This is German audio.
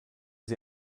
sie